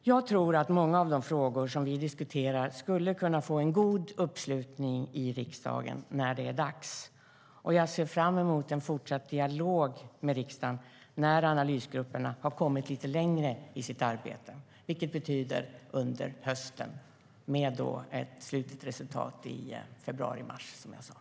Jag tror att många av de frågor som vi diskuterar skulle kunna få en god uppslutning i riksdagen när det är dags, och jag ser fram emot fortsatt dialog med riksdagen när analysgrupperna har kommit lite längre i sitt arbete, vilket betyder under hösten, med ett slutresultat i februari mars, som jag sa.